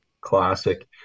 classic